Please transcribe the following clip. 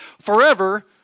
forever